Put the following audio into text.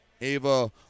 Ava